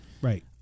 Right